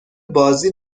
بازی